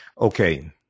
Okay